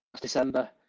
December